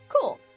Cool